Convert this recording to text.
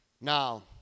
Now